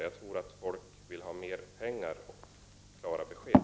Jag tror att folk vill ha mer pengar och klara besked.